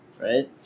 right